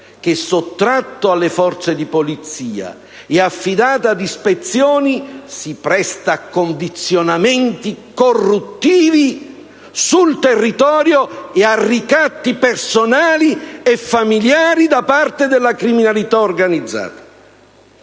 che, sottratto alle forze di polizia e affidato ad ispezioni, si presta, sul territorio, a condizionamenti corruttivi e ricatti personali e familiari da parte della criminalità organizzata.